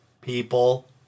people